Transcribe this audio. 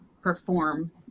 perform